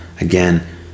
again